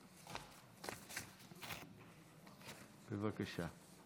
בבקשה.